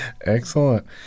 Excellent